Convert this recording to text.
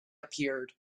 appeared